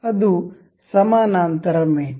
ಅದು ಸಮಾನಾಂತರ ಮೇಟ್